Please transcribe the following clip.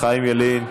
חיים ילין,